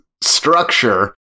structure